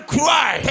cry